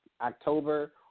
October